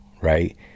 right